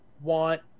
want